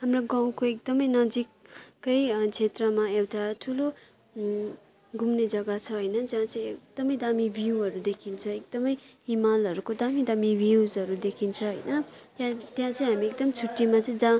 हाम्रो गाउँको एकदमै नजिककै क्षेत्रमा एउटा ठुलो घुम्ने जग्गा छ होइन जहाँ चाहिँ एकदमै दामी भ्यूहरू देखिन्छ एकदमै हिमालहरूको दामी दामीहरू भ्युसहरू देखिन्छ होइन त्यहाँ त्यहाँ चाहिँ हामी एकदम छुट्टिमा चाहिँ जान